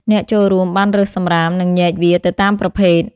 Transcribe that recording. អ្នកចូលរួមបានរើសសំរាម និងញែកវាទៅតាមប្រភេទ។